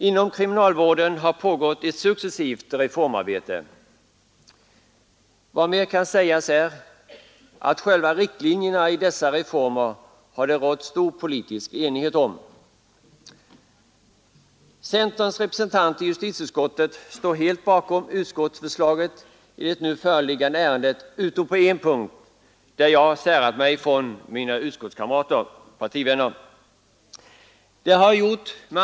Inom kriminalvården har pågått ett successivt reformarbete. Det bör också framhållas att det har rått stor politisk enighet om riktlinjerna i dessa reformer. Centerns representanter i justitieutskottet står helt bakom utskottsförslaget i det nu förevarande ärendet utom på en punkt, där jag själv avvikit från mina partivänner i utskottet.